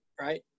right